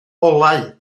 olau